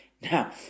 Now